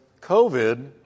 COVID